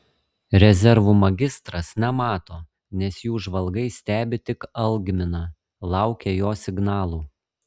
rezervų magistras nemato nes jų žvalgai stebi tik algminą laukia jo signalų